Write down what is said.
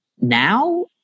now